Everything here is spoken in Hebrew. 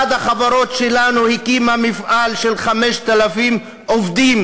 אחת החברות שלנו הקימה מפעל של 5,000 עובדים,